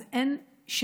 אז אין שאלה: